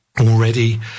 already